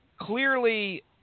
Clearly